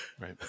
right